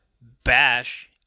Bash